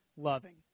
loving